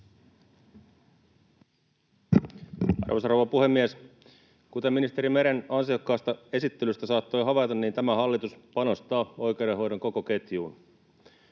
Arvoisa rouva puhemies! Kuten ministeri Meren ansiokkaasta esittelystä saattoi havaita, tämä hallitus panostaa oikeudenhoidon koko ketjuun.